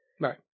Right